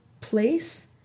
place